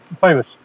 famous